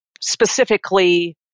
specifically